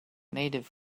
native